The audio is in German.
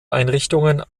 einrichtungen